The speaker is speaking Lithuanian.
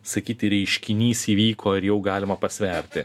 sakyti reiškinys įvyko ir jau galima pasverti